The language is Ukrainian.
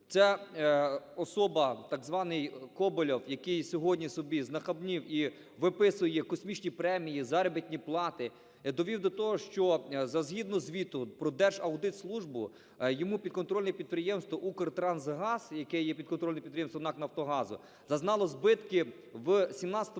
Ця особа, так званий Коболєв, який сьогодні собі знахабнів і виписує космічні премії, заробітні плати, довів до того, що згідно звіту про Держаудитслужбу йому підконтрольне підприємство "Укртрансгаз", яке є підконтрольне підприємству НАК "Нафтогазу", зазнало збитки в 17-му році